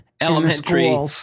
elementary